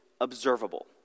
observable